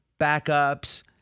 backups